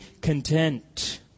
content